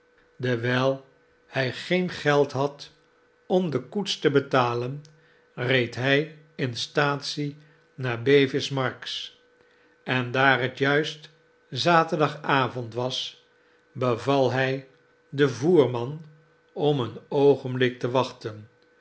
dewijl hij geen geld had om de koets te betalen reed hij in staatsie naar bevis marks en daar het juist zaterdagavond was beval hy den voerman om een oogenblik te wachten